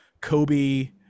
Kobe